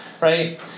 Right